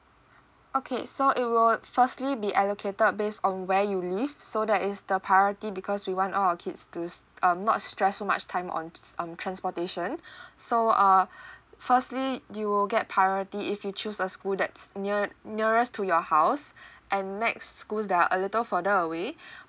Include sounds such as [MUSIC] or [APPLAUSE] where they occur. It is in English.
okay so it will firstly be allocated based on where you live so that is the priority because we want all our kids to um not stress so much time on um transportation [BREATH] so uh [BREATH] firstly you will get priority if you choose a school that's near nearest to your house and next schools that are a little further away [BREATH]